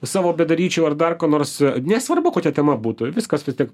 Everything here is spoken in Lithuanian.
savo bedaryčiau ar dar ko nors nesvarbu kokia tema būtų viskas vis tiek